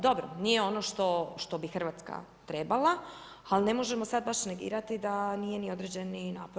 Dobro, nije ono što bi Hrvatska trebala, ali ne možemo sad baš negirati da nije ni određeni napor.